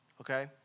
okay